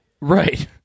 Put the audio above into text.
right